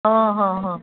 हां हां हां